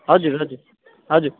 हजुर हजुर हजुर